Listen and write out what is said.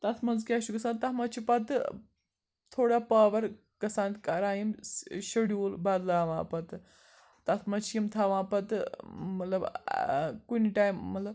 تَتھ منٛز کیٛاہ چھُ گژھان تَتھ منٛز چھِ پَتہٕ تھوڑا پاوَر گَژھان کَران یِم شیٚڈیوٗل بَدلاوان پتہٕ تَتھ منٛز چھِ یِم تھاوان پَتہٕ ٲں مطلب ٲں کُنہِ ٹایمہٕ مطلب